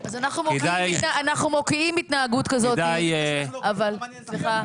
אז אנחנו מוקיעים התנהגות כזו --- לא מעניין אותך --- סליחה,